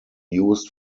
used